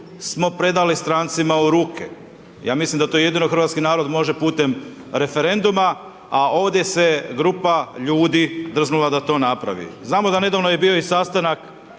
smo predali strancima u ruke. Ja mislim da to jedino hrvatskih narod može putem referenduma, a ovdje se grupa ljudi drznula da to napravi. Znamo da nedavno je bio i sastanak